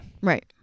Right